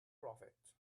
profit